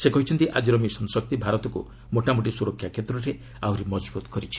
ସେ କହିଛନ୍ତି ଆଜିର ମିଶନ ଶକ୍ତି ଭାରତକୁ ମୋଟାମୋଟି ସୁରକ୍ଷା କ୍ଷେତ୍ରରେ ଆହୁରି ମଜବୁତ୍ କରିଛି